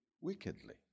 wickedly